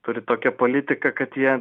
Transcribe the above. turi tokią politiką kad jie